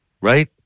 right